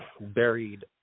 buried